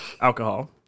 alcohol